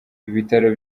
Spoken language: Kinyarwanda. ibitaro